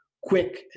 Quick